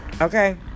Okay